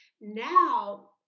Now